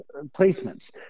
placements